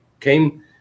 came